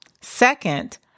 Second